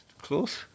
Close